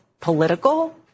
political